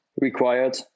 required